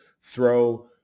throw